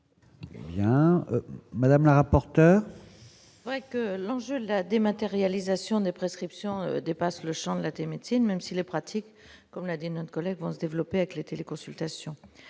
madame la rapporteur. Vrai que l'enjeu de la dématérialisation des prescriptions dépasse le Champ de la thématique, même si les pratiques, comme l'a dit notre collègue vont se développer avec les téléconsultations